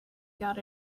got